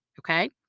Okay